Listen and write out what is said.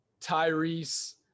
Tyrese